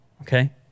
okay